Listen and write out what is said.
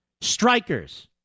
strikers